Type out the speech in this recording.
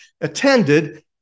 attended